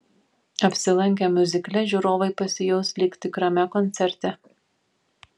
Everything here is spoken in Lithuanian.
apsilankę miuzikle žiūrovai pasijaus lyg tikrame koncerte